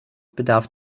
bedarf